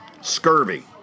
Scurvy